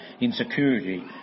insecurity